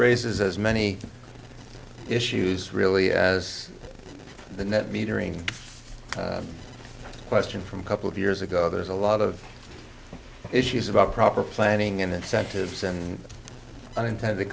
raises as many issues really as the net metering question from a couple of years ago there's a lot of issues about proper planning and incentives and unintended